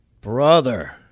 brother